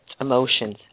emotions